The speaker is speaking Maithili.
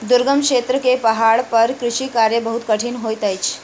दुर्गम क्षेत्र में पहाड़ पर कृषि कार्य बहुत कठिन होइत अछि